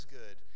good